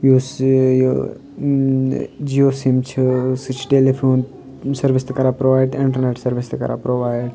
یُس یہِ جِیو سِم چھِ سُہ چھِ ٹیلی فون سٔروِس تہِ کَران پرٛووایِڈ تہٕ اِنٹرنیٚٹ سٔروِس تہِ کَران پرٛووایڈ